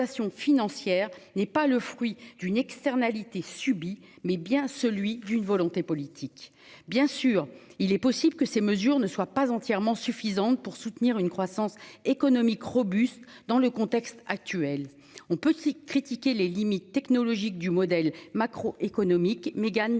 financière n'est pas le fruit d'une externalité subit mais bien celui d'une volonté politique bien sûr, il est possible que ces mesures ne soient pas entièrement suffisante pour soutenir une croissance économique robuste dans le contexte actuel, on peut y critiquer les limites technologiques du modèle macro-macroéconomique Mégane